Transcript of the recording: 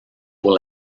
pour